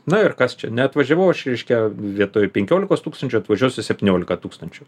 nu ir kas čia neatvažiavau aš reiškia vietoj penkiolikos tūkstančių atvažiuosiu septyniolika tūkstančių